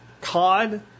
cod